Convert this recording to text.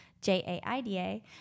J-A-I-D-A